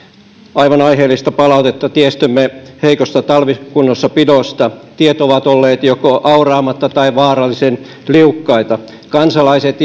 aivan aiheellista palautetta tiestömme heikosta talvikunnossapidosta tiet ovat olleet joko auraamatta tai vaarallisen liukkaita kansalaiset